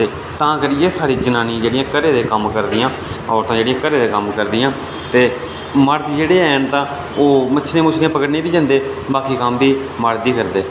ते तां करियै साढ़ियां जनानियां घरै दे कम्म करदियां न औरतां जेह्ड़ियां घरै दे कम्म करदियां न ते मर्द जेह्ड़े हैन तां ओह् मच्छलियां पकड़ने गी बी जंदे ते बाकी कम्म बी मर्द ई करदे